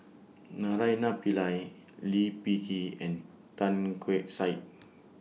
Naraina Pillai Lee Peh Gee and Tan Keong Saik